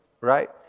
Right